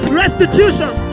restitution